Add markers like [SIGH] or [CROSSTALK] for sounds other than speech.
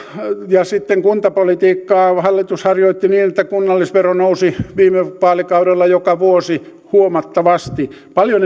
sitten kuntapolitiikkaa hallitus harjoitti niin että kunnallisvero nousi viime vaalikaudella joka vuosi huomattavasti paljon [UNINTELLIGIBLE]